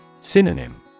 Synonym